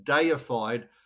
deified